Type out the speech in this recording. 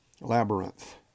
labyrinth